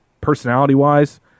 personality-wise